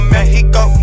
Mexico